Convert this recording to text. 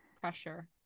pressure